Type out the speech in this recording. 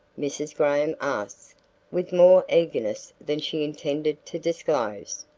mrs. graham asked with more eagerness than she intended to disclose.